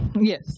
Yes